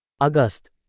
August